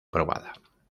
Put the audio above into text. probada